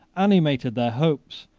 animated their hopes,